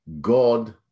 God